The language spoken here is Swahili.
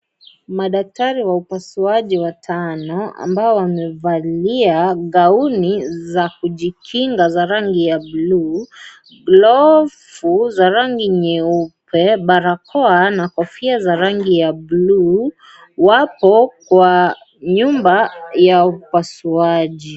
Madktari wa upasuaji watano ambao wamevalia gauni za kujikinga za rangi ya buluu, glovu za rangi nyeupe, barakoa, na kofia za rangi ya buluu wapo kwa nyumba ya upasuaji.